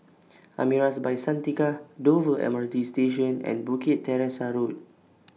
Amaris By Santika Dover M R T Station and Bukit Teresa Road